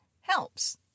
helps